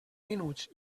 minuts